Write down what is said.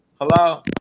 Hello